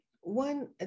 one